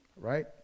right